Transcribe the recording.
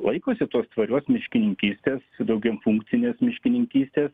laikosi tos tvarios miškininkystės daugiafunkcinės miškininkystės